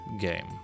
game